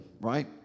right